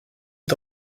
est